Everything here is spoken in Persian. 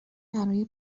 برای